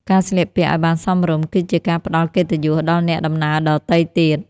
ការស្លៀកពាក់ឱ្យបានសមរម្យ គឺជាការផ្តល់កិត្តិយសដល់អ្នកដំណើរដទៃទៀត។